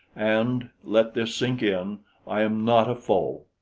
and let this sink in i am not a foe.